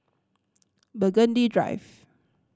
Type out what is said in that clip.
Burgundy Drive